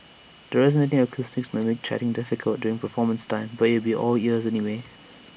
the resonating acoustics might make chatting difficult during performance time but you will be all ears anyway